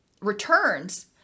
returns